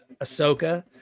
Ahsoka